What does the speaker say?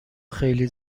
خیلی